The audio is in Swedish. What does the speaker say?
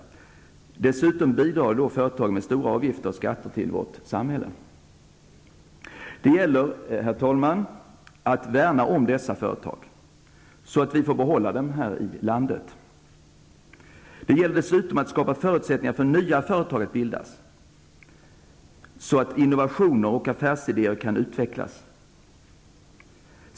Dessutom bidrar företag med stora avgifter och skatter till vårt samhälle. Det gäller, herr talman, att värna om dessa företag, så att vi får behålla dem i landet. Det gäller dessutom att skapa förutsättningar för att nya företag skall kunna bildas, så att innovationer och affärsidéer kan utvecklas.